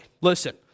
listen